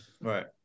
Right